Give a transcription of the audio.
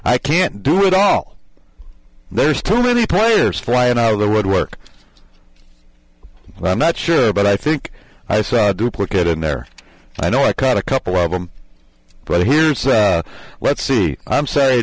i can't do it all there's too many players flying out of the woodwork i'm not sure but i think i saw a duplicate and there i know i caught a couple of them but i hear sound let's see i'm s